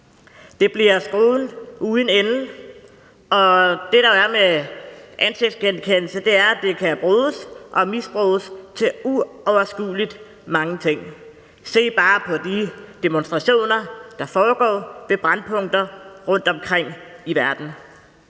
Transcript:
Det bliver skruen uden ende. Det, der er med ansigtsgenkendelse, er, at det kan bruges og misbruges til uoverskuelig mange ting. Se bare på de demonstrationer, der foregår ved brændpunkter rundtomkring i verden.